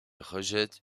rejette